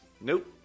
Nope